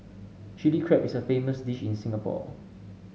Chilli Crab is a famous dish in Singapore